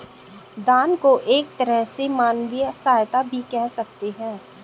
दान को एक तरह से मानवीय सहायता भी कह सकते हैं